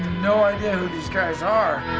no idea who these guys are,